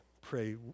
pray